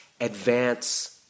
advance